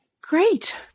great